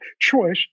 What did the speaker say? choice